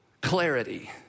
clarity